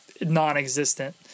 non-existent